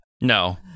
No